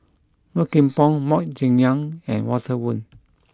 Low Kim Pong Mok Ying Jang and Walter Woon